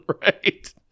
Right